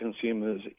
consumers